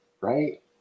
right